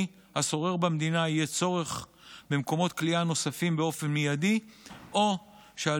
השורר במדינה יהיה צורך במקומות כליאה נוספים באופן מיידי או שעל